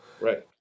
Right